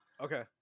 okay